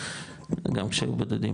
גם כשהם בודדים,